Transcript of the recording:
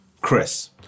Chris